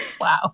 Wow